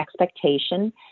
expectation